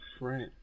Right